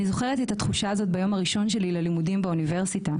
אני זוכרת את התחושה הזו ביום הראשון שלי ללימודים באוניברסיטה,